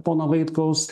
pono vaitkaus